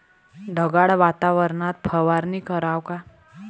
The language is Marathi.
ढगाळ वातावरनात फवारनी कराव का?